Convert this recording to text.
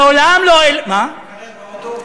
מעולם לא, מקרר באוטו?